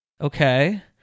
Okay